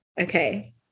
Okay